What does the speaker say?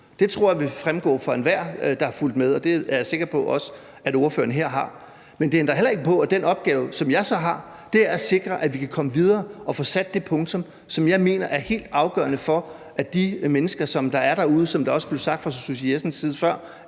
Det tror jeg vil fremgå for enhver, der har fulgt med, og det er jeg sikker på at også ordføreren her har. Men det ændrer heller ikke på, at den opgave, som jeg så har, er at sikre, at vi kan komme videre og få sat det punktum, som jeg mener er helt afgørende for, at de mennesker, som der er derude – som det også blev sagt fra Susie Jessens side før